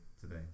today